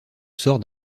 sort